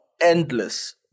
endless